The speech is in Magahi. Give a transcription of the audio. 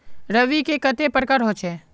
रवि के कते प्रकार होचे?